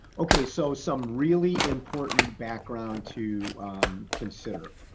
okay, so some really important background to consider.